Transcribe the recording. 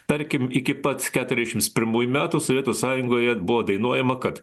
tarkim iki pat keturiasdešimt pirmųjų metų sovietų sąjungoje buvo dainuojama kad